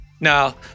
Now